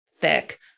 thick